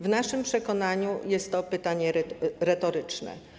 W naszym przekonaniu jest to pytanie retoryczne.